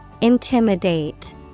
Intimidate